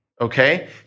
okay